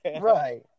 Right